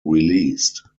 released